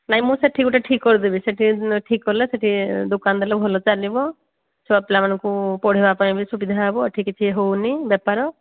ନାଇଁ ମୁଁ ସେଠି ଗୋଟେ ଠିକ କରିଦେବି ସେଠି ଠିକ କଲେ ସେଠି ଦୋକାନ ଦେଲେ ଭଲ ଚାଲିବ ଛୁଆ ପିଲାମାନଙ୍କୁ ପଢ଼େଇବା ପାଇଁ ବି ସୁବିଧା ହବ ଏଠି କିଛି ହେଉନି ବେପାର